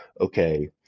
okay